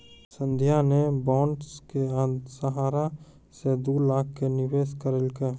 संध्या ने बॉण्ड के सहारा से दू लाख के निवेश करलकै